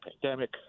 pandemic